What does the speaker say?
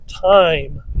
time